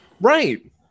Right